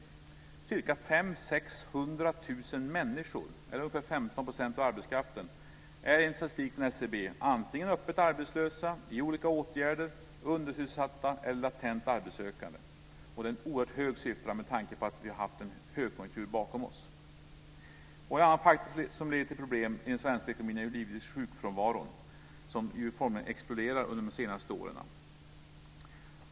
500 000-600 000 människor, eller ungefär 15 % av arbetskraften, är enligt statistik från SCB antingen öppet arbetslösa, i olika åtgärder, undersysselsatta eller latent arbetssökande. Det är en oerhört hög siffra med tanke på att vi har en högkonjunktur bakom oss. En annan faktor som leder till problem i den svenska ekonomin är givetvis sjukfrånvaron som formligen exploderat under de senaste åren.